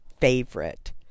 favorite